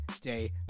day